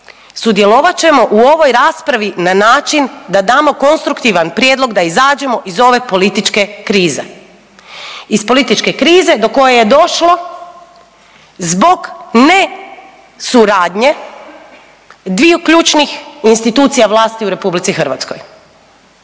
sudjelovat ćemo u ovoj raspravi na način da damo konstruktivan prijedlog da izađemo iz ove političke krize. Iz političke krize do koje je došlo zbog nesuradnje dviju ključnih institucija vlasti u RH jer se